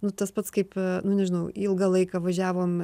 nu tas pats kaip nu nežinau ilgą laiką važiavom